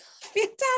fantastic